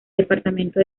departamento